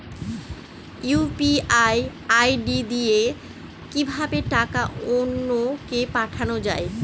UPI ID দিয়ে কিভাবে টাকা অন্য কে পাঠানো যায়?